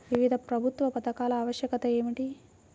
వివిధ ప్రభుత్వా పథకాల ఆవశ్యకత ఏమిటి?